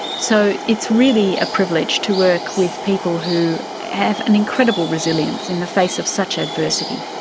so it's really a privilege to work with people who have an incredible resilience in the face of such adversity.